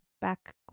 back